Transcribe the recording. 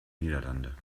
niederlande